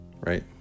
right